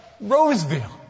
Roseville